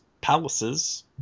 Palaces